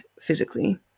physically